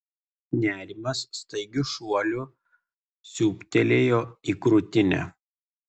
nerimas staigiu šuoliu siūbtelėjo į krūtinę